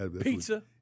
Pizza